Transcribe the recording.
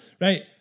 Right